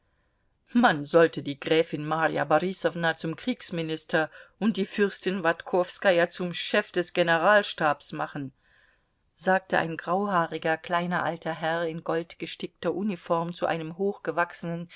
man sollte die gräfin marja borisowna zum kriegsminister und die fürstin watkowskaja zum chef des generalstabes machen sagte ein grauhaariger kleiner alter herr in goldgestickter uniform zu einem hochgewachsenen